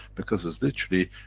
because it's literally,